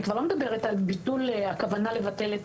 אני כבר לא מדברת על הכוונה לבטל את